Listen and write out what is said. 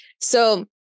So-